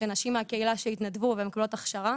נשים מהקהילה שהתנדבו ומקבלות הכשרה